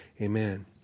Amen